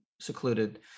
secluded